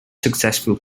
successful